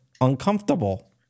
uncomfortable